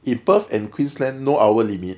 in perth and queensland no hour limit